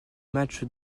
matchs